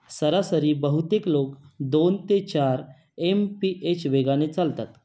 सरासरी बहुतेक लोक दोन ते चार एम पी एच वेगाने चालतात